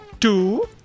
two